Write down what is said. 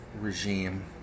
regime